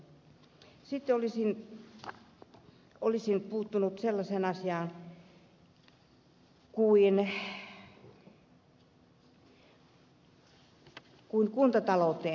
sitten olisin puuttunut sellaiseen asiaan kuin kuntatalouteen